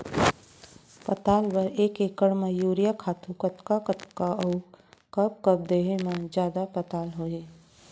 पताल बर एक एकड़ म यूरिया खातू कतका कतका अऊ कब कब देहे म जादा पताल होही?